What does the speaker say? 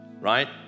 right